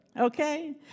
Okay